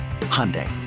Hyundai